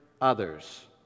others